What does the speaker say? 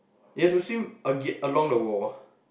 you have to swim aga~ along the wall